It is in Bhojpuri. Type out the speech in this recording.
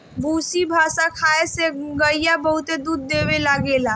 भूसी भूसा खाए से गईया बहुते दूध देवे लागेले